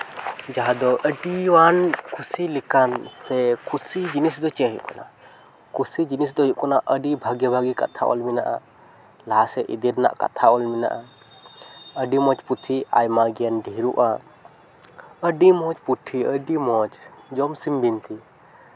ᱡᱟᱦᱟᱸ ᱫᱚ ᱟᱹᱰᱤᱜᱟᱱ ᱠᱩᱥᱤ ᱞᱮᱠᱟᱱ ᱥᱮ ᱠᱩᱥᱤ ᱡᱤᱱᱤᱥ ᱫᱚ ᱪᱮᱫ ᱦᱩᱭᱩᱜ ᱠᱟᱱᱟ ᱠᱩᱥᱤ ᱡᱤᱱᱤᱥ ᱫᱚ ᱦᱩᱭᱩᱜ ᱠᱟᱱᱟ ᱟᱹᱰᱤ ᱵᱷᱟᱜᱮ ᱵᱷᱟᱜᱮ ᱠᱟᱛᱷᱟ ᱚᱞ ᱢᱮᱱᱟᱜᱼᱟ ᱞᱟᱦᱟ ᱥᱮᱫ ᱤᱫᱤ ᱨᱮᱱᱟᱜ ᱠᱟᱛᱷᱟ ᱚᱞ ᱢᱮᱱᱟᱜᱼᱟ ᱟᱹᱰᱤ ᱢᱚᱡᱽ ᱯᱩᱛᱷᱤ ᱟᱭᱢᱟ ᱜᱮ ᱰᱷᱮᱨᱚᱜᱼᱟ ᱟᱹᱰᱤ ᱢᱚᱡᱽ ᱯᱩᱛᱷᱤ ᱟᱹᱰᱤ ᱢᱚᱡᱽ ᱡᱚᱢᱥᱤᱢ ᱵᱤᱱᱛᱤ